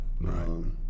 right